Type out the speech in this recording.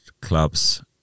clubs